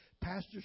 Pastor's